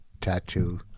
tattoo